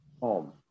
Home